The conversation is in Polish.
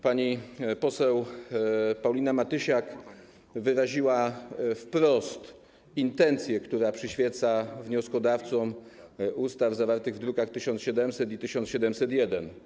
Pani poseł Paulina Matysiak wyraziła wprost intencję, która przyświeca wnioskodawcom ustaw zawartych w drukach nr 1700 i 1701.